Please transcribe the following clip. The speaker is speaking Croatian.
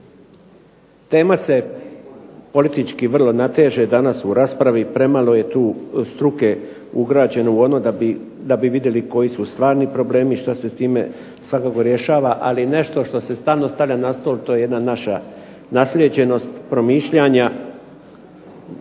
Tema se politički vrlo nateže danas u raspravi, premalo je tu struke ugrađeno u ono da bi vidjeli što su stvarni problemi, što se s time svakako rješava. Ali nešto što se stalno stavlja na stol to je jedna naša naslijeđenost promišljanja,